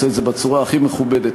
עושה את זה בצורה הכי מכובדת,